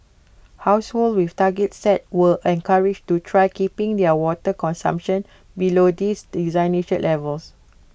households with targets set were encouraged to try keeping their water consumption below these designated levels